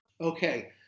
Okay